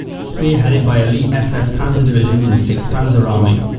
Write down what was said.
spearheaded by elite ss panzer divisions in sixth panzer army,